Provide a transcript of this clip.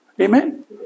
Amen